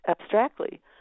abstractly